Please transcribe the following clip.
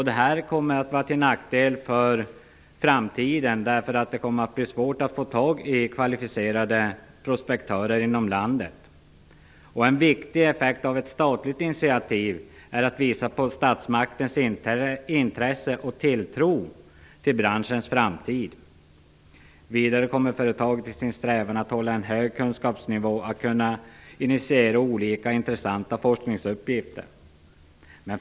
Detta kommer att vara till nackdel för framtiden, därför att det kommer att bli svårt att inom landet få tag i kvalificerade prospektörer. En viktig effekt av ett statligt initiativ är att man visar på statsmakternas intresse och tilltro till branschens framtid. Vidare kommer företaget, i sin strävan att hålla en hög kunskapsnivå, att kunna initiera olika intressanta forskningsuppgifter.